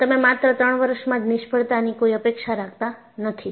અને તમે માત્ર 3 વર્ષમાં જ નિષ્ફળતાની કોઈ અપેક્ષા રાખતા નથી